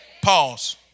Pause